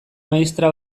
maistra